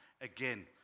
again